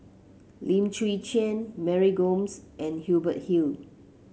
Lim Chwee Chian Mary Gomes and Hubert Hill